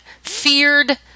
feared